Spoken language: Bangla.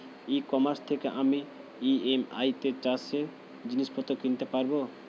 ই কমার্স থেকে আমি ই.এম.আই তে চাষে জিনিসপত্র কিনতে পারব?